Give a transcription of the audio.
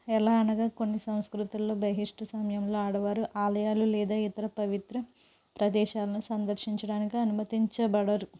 ఎలా అనగా కొన్ని సంస్కృతుల్లో బహిష్టు సమయంలో ఆడవారు ఆలయాలు లేదా ఇతర పవిత్ర ప్రదేశాలను సందర్శించడానికి అనుమతించబడరు